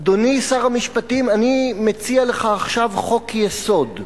אדוני שר המשפטים, אני מציע לך עכשיו חוק-יסוד: